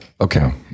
Okay